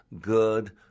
Good